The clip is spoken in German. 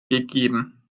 gegeben